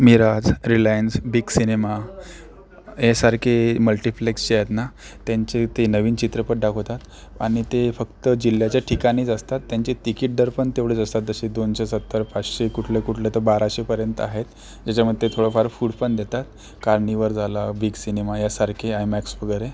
Miraj Reliance Big Cinema यासारखे multiplex जे आहेत ना त्यांचे ते नवीन चित्रपट दाखवतात आणि ते फक्त जिल्ह्याच्या ठिकाणीच असतात त्यांचे तिकीट दर पण तेवढेच असतात जसे दोनशे सत्तर पाचशे कुठले कुठले तर बाराशेपर्यंत आहेत ज्याच्यामध्ये ते थोडंफार फूड पण देतात कार्निवल झाला बिग सिनेमा यासारखे आयमॅक्स वगैरे